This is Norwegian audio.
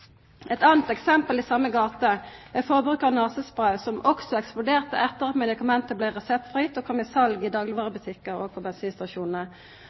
Eit anna eksempel i same gate er forbruket av nasespray, som også eksploderte etter at medikamentet blei reseptfritt og kom i sal i daglegvarebutikkar og på bensinstasjonar.